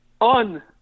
on